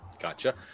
Gotcha